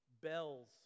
bells